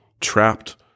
Trapped